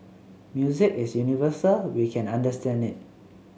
music is universal we can understand it